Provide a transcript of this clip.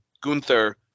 Gunther